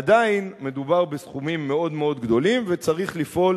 עדיין מדובר בסכומים מאוד מאוד גדולים וצריך לפעול